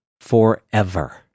forever